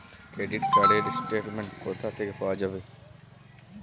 Credit card র statement কোথা থেকে পাওয়া যাবে?